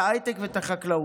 את ההייטק ואת החקלאות.